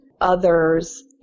others